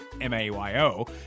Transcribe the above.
M-A-Y-O